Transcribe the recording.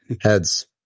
Heads